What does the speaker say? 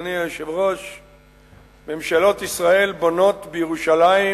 ממשלות ישראל בונות בירושלים,